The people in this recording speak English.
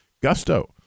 gusto